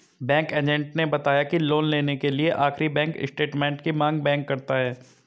bank agent ने बताया की लोन लेने के लिए आखिरी बैंक स्टेटमेंट की मांग बैंक करता है